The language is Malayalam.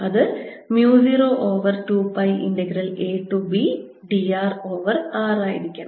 അത് mu 0 over 2 pi integral a to b d r over r ആയിരിക്കണം